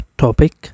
topic